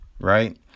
right